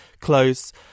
close